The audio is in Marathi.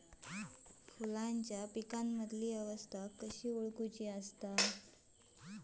पिकांमदिल फुलांची अवस्था कशी ओळखुची?